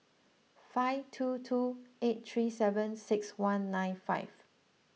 five two two eight three seven six one nine five